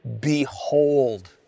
behold